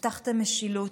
הבטחתם משילות,